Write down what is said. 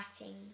Writing